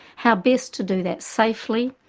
how best to do that safely,